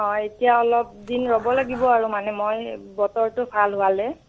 অঁ এতিয়া অলপ ৰ'ব লাগিব আৰু মানে মই বতৰটো ভাল হোৱালে